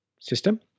system